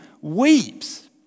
weeps